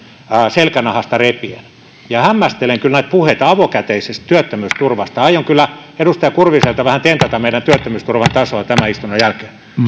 selkänahasta repien hämmästelen kyllä näitä puheita avokätisestä työttömyysturvasta aion kyllä edustaja kurviselta vähän tentata meidän työttömyysturvan tasoa tämän istunnon jälkeen